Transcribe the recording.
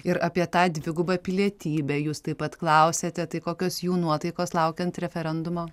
ir apie tą dvigubą pilietybę jūs taip pat klausėte tai kokios jų nuotaikos laukiant referendumo